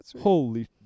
Holy